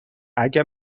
اگه